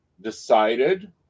decided